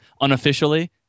unofficially